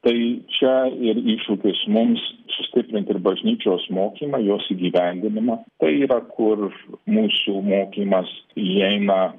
tai čia ir iššūkis mums sustiprinti ir bažnyčios mokymą jos įgyvendinimą tai yra kur mūsų mokymas įeina